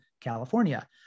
California